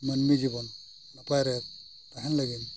ᱢᱟᱱᱢᱤ ᱡᱤᱵᱚᱱ ᱱᱟᱯᱟᱭ ᱨᱮ ᱛᱟᱦᱮᱱ ᱞᱟᱹᱜᱤᱫ